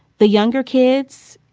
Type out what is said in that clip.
the younger kids,